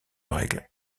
règle